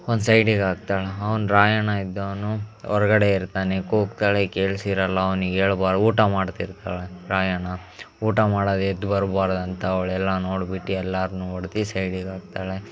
ಒಂದು ಸೈಡಿಗೆ ಹಾಕ್ತಾಳೆ ಅವ್ನು ರಾಯಣ್ಣ ಇದ್ದೋವ್ನು ಹೊರ್ಗಡೆ ಇರ್ತಾನೆ ಕೂಗ್ತಾಳೆ ಕೇಳ್ಸಿರೋಲ್ಲ ಅವ್ನಿಗೆ ಹೇಳ್ಬಾರ್ದ್ ಊಟ ಮಾಡ್ತಿರ್ತಾಳೆ ರಾಯಣ್ಣ ಊಟ ಮಾಡ್ವಾಗ್ ಎದ್ದು ಬರ್ಬಾರ್ದು ಅಂತ ಅವ್ಳು ಎಲ್ಲ ನೋಡ್ಬಿಟ್ಟು ಎಲ್ಲರನ್ನೂ ಹೊಡ್ದು ಸೈಡಿಗೆ ಹಾಕ್ತಾಳೆ